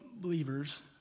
believers